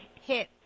hit